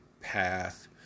path